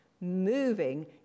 moving